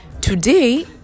today